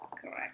correct